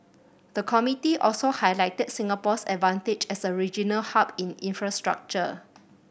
the committee also highlighted Singapore's advantage as a regional hub in infrastructure